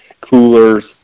coolers